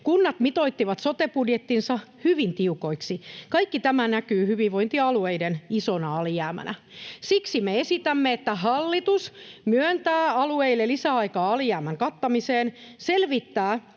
Kunnat mitoittivat sote-budjettinsa hyvin tiukoiksi. Kaikki tämä näkyy hyvinvointialueiden isona alijäämänä. Siksi me esitämme, että hallitus myöntää alueille lisäaikaa alijäämän kattamiseen ja selvittää,